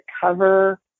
cover